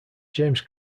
james